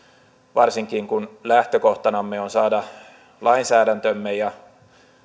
varsinkin kun lähtökohtanamme on saada lainsäädäntömme ja